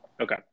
Okay